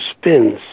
spins